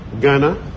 Ghana